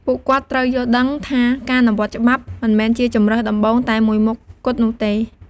ពួកគាត់ត្រូវយល់ដឹងថា ការអនុវត្តច្បាប់មិនមែនជាជម្រើសដំបូងតែមួយមុខគត់នោះទេ។